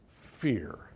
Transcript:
fear